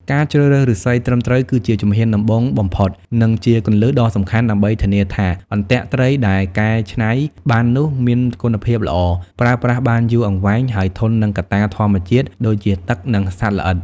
ការជ្រើសរើសឫស្សីត្រឹមត្រូវ គឺជាជំហានដំបូងបំផុតនិងជាគន្លឹះដ៏សំខាន់ដើម្បីធានាថាអន្ទាក់ត្រីដែលកែច្នៃបាននោះមានគុណភាពល្អ ប្រើប្រាស់បានយូរអង្វែង ហើយធន់នឹងកត្តាធម្មជាតិដូចជាទឹកនិងសត្វល្អិត។